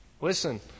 listen